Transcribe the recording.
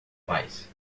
mais